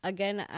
Again